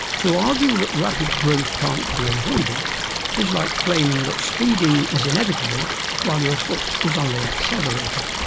to argue that rapid growth can't be avoided is like claiming that speeding is inevitable while your foot is on the accelerator.